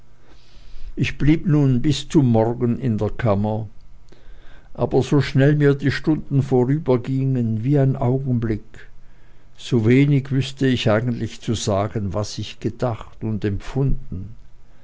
ich blieb nun bis zum morgen in der kammer aber so schnell mir die stunden vorübergingen wie ein augenblick sowenig wüßte ich eigentlich zu sagen was ich gedacht und empfunden